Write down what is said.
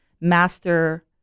master